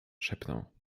szepnął